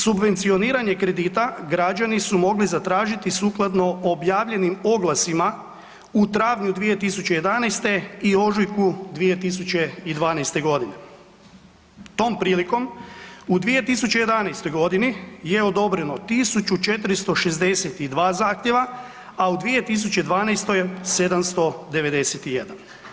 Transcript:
Subvencioniranje kredita građani su mogli zatražiti sukladno objavljenim oglasima u travnju 2011. i ožujku 2012.g. Tom prilikom u 2011.g. je odobreno 1462 zahtjeva, a u 2012. 791.